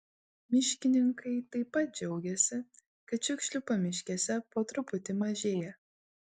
miškininkai taip pat džiaugiasi kad šiukšlių pamiškėse po truputį mažėja